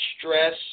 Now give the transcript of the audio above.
stress